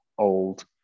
old